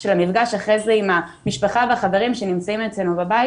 של המפגש אחרי זה עם המשפחה והחברים שנמצאים אצלנו בבית.